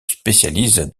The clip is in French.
spécialise